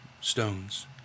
stones